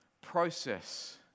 process